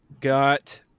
got